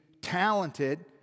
talented